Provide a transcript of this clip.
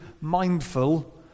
mindful